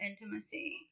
intimacy